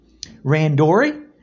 Randori